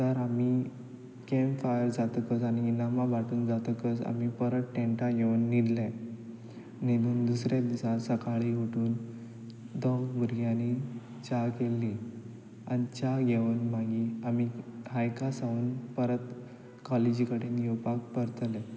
तर आमी campfire जातकच आनी इनामां वांटून जातकच आमी पर टॅन्टान येवून न्हिदले न्हिदून दुसरे दिसा सकाळी उठून दोन भुरग्यांनी च्या केल्ली आनी च्या घेवून मागीर आमी हायका सावन परत कॉलेजी कडेन येवपाक परतले